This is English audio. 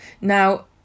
Now